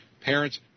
Parents